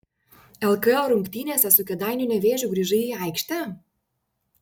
lkl rungtynėse su kėdainių nevėžiu grįžai į aikštę